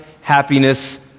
happiness